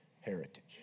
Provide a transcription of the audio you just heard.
heritage